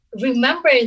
remember